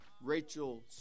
Rachel